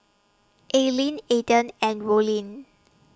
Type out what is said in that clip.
Aylin Eden and Rollin